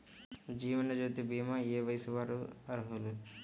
జీవనజ్యోతి భీమా ఏ వయస్సు వారు అర్హులు?